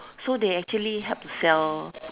so they help to sell